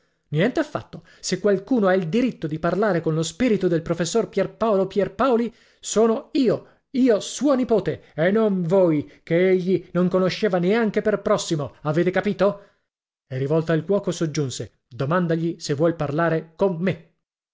niente affatto se qualcuno ha il diritto di parlare con lo spirito del professor pierpaolo pierpaoli sono io io sua nipote e non voi che egli non conosceva neanche per prossimo avete capito e rivolta al cuoco soggiunse domandagli se vuol parlare con me